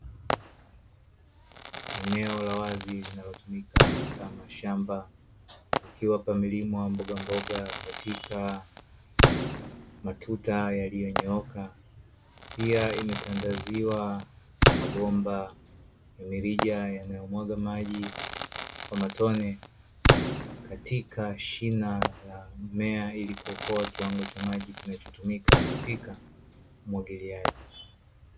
Eneo la wazi linalotumika kama shamba, ikiwa pamelimwa mbogamboga katika matuta yaliyonyooka, pia imetandaziwa mabomba ya mirija yanayomwaga maji kwa matone katika shina la mmea ili kuokoa kiwango cha maji kinachotumika katika umwagiliaji.